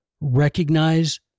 recognize